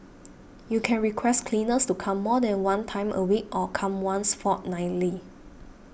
you can request cleaners to come more than one time a week or come once fortnightly